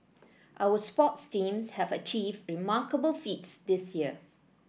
our sports teams have achieved remarkable feats this year